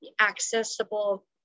accessible